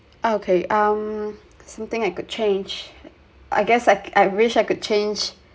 okay um something I could change I guess I I wish I could change